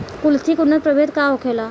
कुलथी के उन्नत प्रभेद का होखेला?